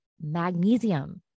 magnesium